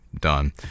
done